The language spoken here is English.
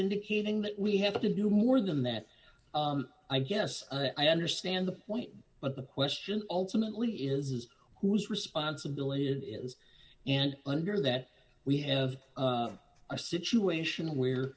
indicating that we have to do more than that i guess i understand the point but the question ultimately is whose responsibility it is and under that we have a situation where